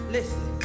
Listen